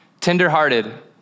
tenderhearted